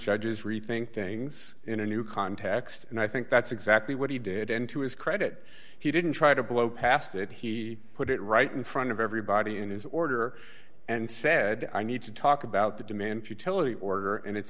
judges rethink things in a new context and i think that's exactly what he did and to his credit he didn't try to blow past it he put it right in front of everybody in his order and said i need to talk about the demand futility order and its